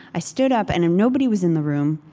i stood up, and nobody was in the room.